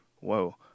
whoa